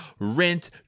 Rent